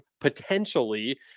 potentially